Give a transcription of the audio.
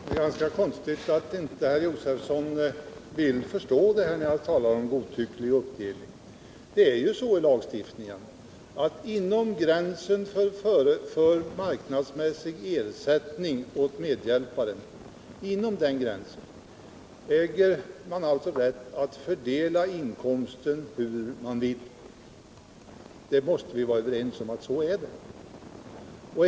Herr talman! Det är ganska konstigt att Stig Josefson inte vill förstå det här med en godtycklig uppdelning. Det är ju så i lagstiftningen att man inom gränsen för marknadsmässig ersättning åt medhjälparen äger rätt att fördela inkomsten hur man vill. Vi måste vara överens om att det är så.